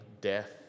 death